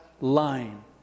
line